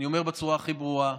אני אומר בצורה הכי ברורה: